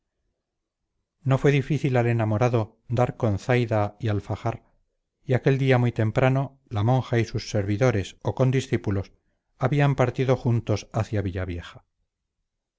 no le fue difícil al enamorado dar con zaida y alfajar y aquel día muy temprano la monja y sus servidores o discípulos habían partido juntos hacia